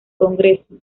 congreso